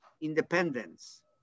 independence